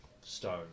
stone